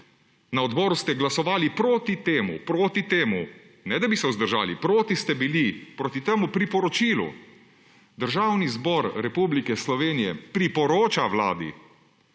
Na odboru ste glasovali proti temu, in ne, da bi se vzdržali, proti ste bili; proti temu priporočilu: »Državni zbor Republike Slovenije priporoča Vladi,